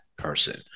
person